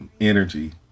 energy